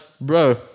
bro